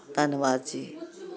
ਧੰਨਵਾਦ ਜੀ